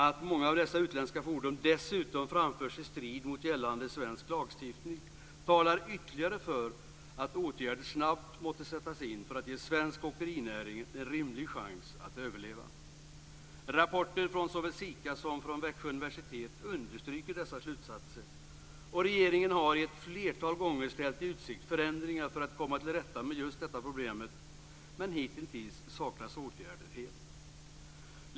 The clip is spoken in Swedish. Att många av dessa utländska fordon dessutom framförs i strid med gällande svensk lagstiftning talar ytterligare för att åtgärder snabbt måste sättas in för att ge svensk åkerinäring en rimlig chans att överleva. Rapporter från såväl SIKA som Växjö Universitet understryker dessa slutsatser. Regeringen har ett flertal gånger ställt i utsikt förändringar för att komma till rätta med just detta problem, men hitintills saknas åtgärder helt.